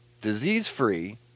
disease-free